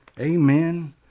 Amen